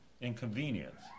inconvenience